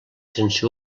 sense